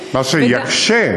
מה שיקשה,